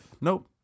nope